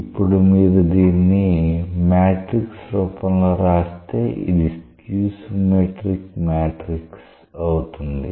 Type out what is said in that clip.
ఇప్పుడు మీరు దీన్ని మ్యాట్రిక్స్ రూపంలో రాస్తే ఇది skew symmetric మ్యాట్రిక్స్ అవుతుంది